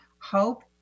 hope